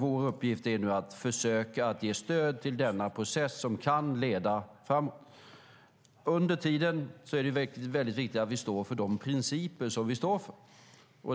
Vår uppgift är nu att försöka att ge stöd till denna process som kan leda framåt. Under tiden är det väldigt viktigt att vi står för de principer vi står för.